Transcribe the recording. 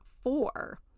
four